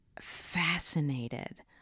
fascinated